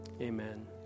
Amen